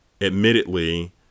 admittedly